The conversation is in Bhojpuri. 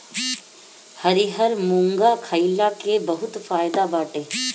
हरिहर मुंग खईला के बहुते फायदा बाटे